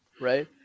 right